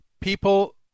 people